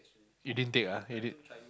you didn't take ah you did